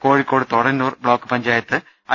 Kozhikode Thodannur block panchayat I